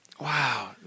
Wow